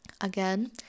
again